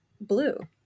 Blue